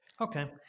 okay